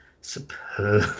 superb